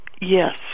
Yes